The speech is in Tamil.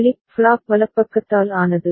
ஃபிளிப் ஃப்ளாப் வலப்பக்கத்தால் ஆனது